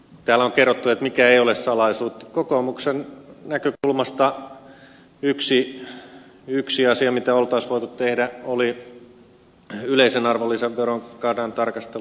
täällä on kerrottu mikä ei ole salaisuus että kokoomuksen näkökulmasta yksi asia mitä olisi voitu tehdä oli yleisen arvonlisäverokannan tarkastelu